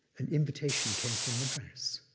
an invitation came from madras,